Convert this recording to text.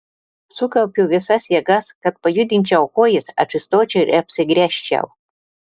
sukaupiu visas jėgas kad pajudinčiau kojas atsistočiau ir apsigręžčiau